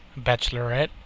Bachelorette